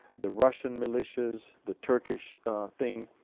the russian militias, the turkish thing.